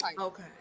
Okay